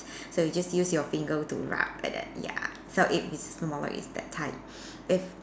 so you just use your finger to rub and then ya so if it's smaller it's that type if